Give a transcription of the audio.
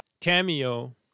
Cameo